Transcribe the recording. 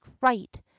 right